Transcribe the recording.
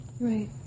Right